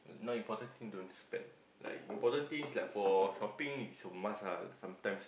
not important thing don't spend like important things like for shopping it's a must ah sometimes ah